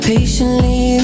Patiently